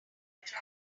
traffic